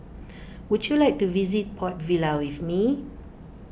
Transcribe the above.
would you like to visit Port Vila with me